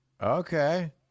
Okay